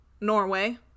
Norway